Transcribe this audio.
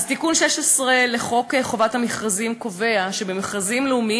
אז תיקון 16 לחוק חובת המכרזים קובע שבמכרזים לאומיים